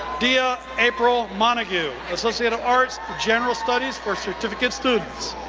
dia april montague, associate of arts, general studies for certificate students.